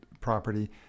property